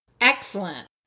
Excellent